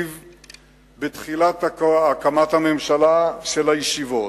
בתחילת הקמת הממשלה הגדלת את התקציב של הישיבות,